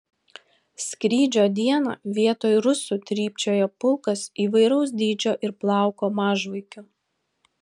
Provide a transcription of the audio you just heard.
skrydžio dieną vietoj rusų trypčiojo pulkas įvairaus dydžio ir plauko mažvaikių